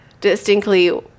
distinctly